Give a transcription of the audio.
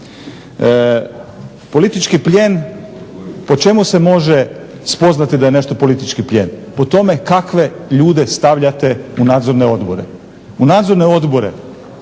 Politički plijen po čemu se može spoznati da je nešto politički plijen? Po tome kakve ljude stavljate u nadzorne odbore. U nadzorne odbore